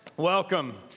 Welcome